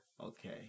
Okay